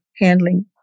handling